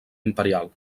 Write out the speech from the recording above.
imperial